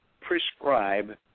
prescribe